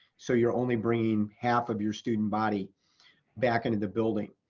so you're only bringing half of your student body back into the building.